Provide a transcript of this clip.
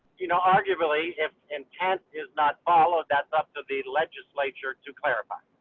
you know, arguably intent is not followed that up to the legislature to clarify.